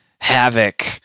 Havoc